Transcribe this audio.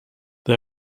they